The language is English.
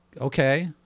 okay